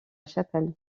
chapelle